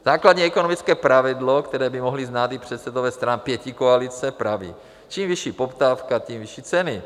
Základní ekonomické pravidlo, které by mohli znát i předsedové stran pětikoalice, praví: Čím vyšší poptávka, tím vyšší ceny.